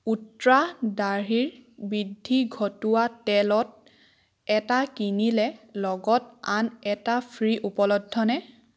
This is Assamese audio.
উষ্ট্ৰা দাঢ়িৰ বৃদ্ধি ঘটোৱা তেলত এটা কিনিলে লগত আন এটা ফ্ৰী উপলব্ধনে